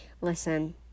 Listen